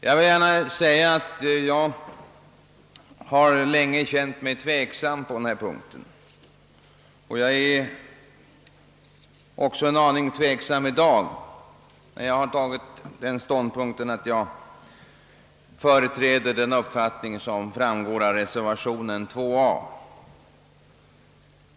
Jag vill gärna säga att jag länge har känt mig tveksam på denna punkt, och jag är också en aning tveksam i dag, när jag företräder den uppfattning som framgår av reservationen 2 a.